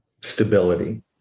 stability